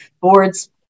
boards